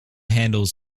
handles